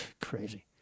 Crazy